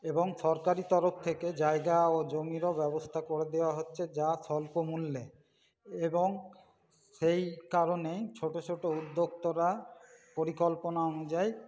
এবং সরকারি তরফ থেকে জায়গা ও জমিরও ব্যবস্থা করে দেওয়া হচ্ছে যা স্বল্পমূল্যে এবং সেই কারণেই ছোটো ছোটো উদ্যোক্তারা পরিকল্পনা অনুযায়ী